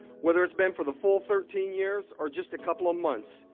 whether it's been for the full thirteen years or just a couple of months,